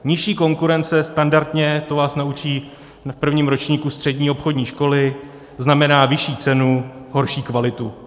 Nižší konkurence standardně, to vás naučí v prvním ročníku střední obchodní školy, znamená vyšší cenu, horší kvalitu.